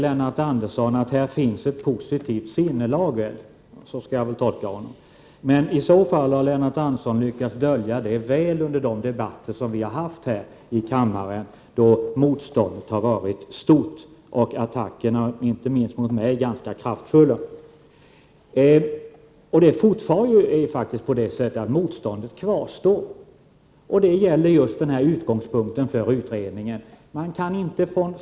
Lennart Andersson säger att det här finns ett positivt sinnelag, men i så fall har han lyckats dölja det väl under de debatter som vi har haft i kammaren, då motståndet har varit stort och attackerna, inte minst mot mig, ganska kraftfulla. Motståndet kvarstår, och det gäller just utgångspunkten för utredningen.